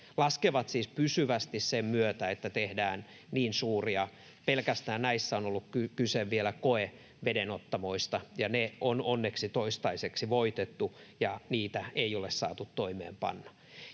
Laskevat siis pysyvästi sen myötä, että tehdään niin suuria. Näissä on ollut kyse vielä pelkästään koevedenottamoista, ja ne on onneksi toistaiseksi voitettu ja niitä ei ole saanut toimeenpanna.